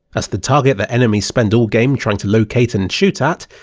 as the target that enemies spend all game trying to locate and shoot at,